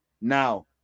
Now